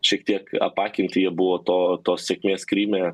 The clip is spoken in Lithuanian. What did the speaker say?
šiek tiek apakinti jie buvo to tos sėkmės kryme